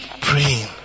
praying